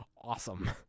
awesome